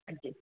अच्छा